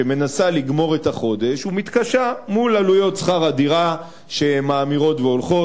שמנסה לגמור את החודש ומתקשה מול עלויות שכר הדירה שמאמירות והולכות,